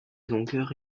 longueur